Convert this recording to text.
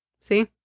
See